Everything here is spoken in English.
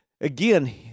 Again